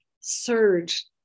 surge